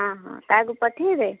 ହଁ ହଁ କାହାକୁ ପଠେଇବେ